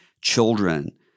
children